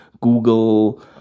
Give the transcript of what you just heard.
Google